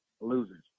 Losers